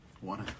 one